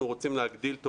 לו.